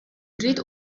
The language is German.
dritt